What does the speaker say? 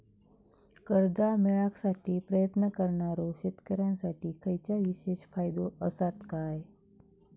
कर्जा मेळाकसाठी प्रयत्न करणारो शेतकऱ्यांसाठी खयच्या विशेष फायदो असात काय?